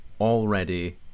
already